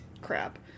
crap